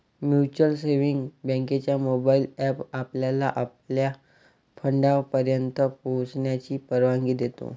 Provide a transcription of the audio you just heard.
mutual savings बँकेचा mobile app आपल्याला आपल्या फंडापर्यंत पोहोचण्याची परवानगी देतो